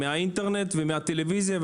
מהאינטרנט ומהטלוויזיה,